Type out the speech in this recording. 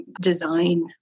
design